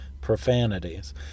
profanities